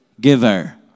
giver